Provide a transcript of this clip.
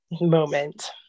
moment